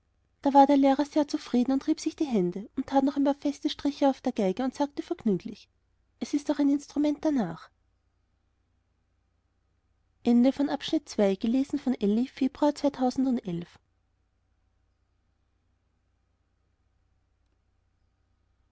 da war der lehrer sehr zufrieden und rieb sich die hände und tat noch ein paar feste striche auf der geige und sagte vergnüglich es ist auch ein instrument danach